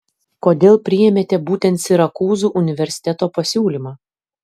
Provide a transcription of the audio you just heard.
kodėl priėmėte būtent sirakūzų universiteto pasiūlymą